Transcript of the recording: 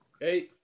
Hey